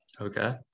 Okay